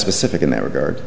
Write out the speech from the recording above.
specific in that regard